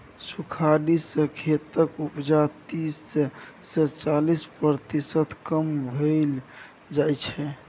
सुखाड़ि सँ खेतक उपजा तीस सँ चालीस प्रतिशत तक कम भए जाइ छै